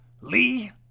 Lee